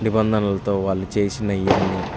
నిబంధనలతో వాళ్ళు చేసిన ఇవన్నీ